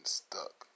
stuck